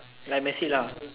like messi lah